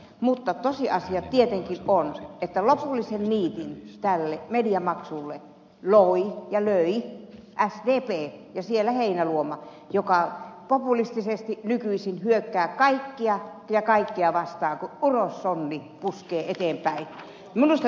mutta tosiasia tietenkin on että lopullisen niitin tälle mediamaksulle loi ja löi sdp ja siellä heinäluoma joka populistisesti nykyisin hyökkää kaikkia ja kaikkea vastaan puskee eteenpäin kuin urossonni